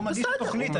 הוא מגיש את התוכנית.